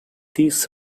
this